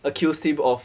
accused him of